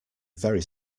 very